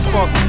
Fuck